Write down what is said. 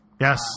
Yes